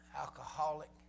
alcoholic